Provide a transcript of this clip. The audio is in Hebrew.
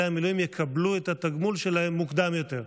המילואים יקבלו את התגמול שלהם מוקדם יותר.